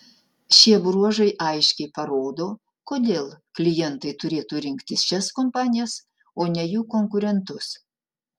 šie bruožai aiškiai parodo kodėl klientai turėtų rinktis šias kompanijas o ne jų konkurentus